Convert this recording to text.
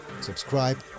subscribe